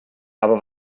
aber